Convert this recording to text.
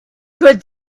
good